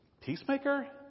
Peacemaker